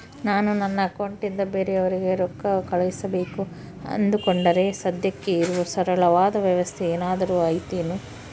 ನಾನು ನನ್ನ ಅಕೌಂಟನಿಂದ ಬೇರೆಯವರಿಗೆ ರೊಕ್ಕ ಕಳುಸಬೇಕು ಅಂದುಕೊಂಡರೆ ಸದ್ಯಕ್ಕೆ ಇರುವ ಸರಳವಾದ ವ್ಯವಸ್ಥೆ ಏನಾದರೂ ಐತೇನು?